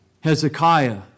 Hezekiah